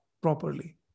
properly